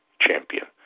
champion